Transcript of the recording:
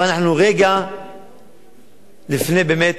אבל אנחנו רגע לפני באמת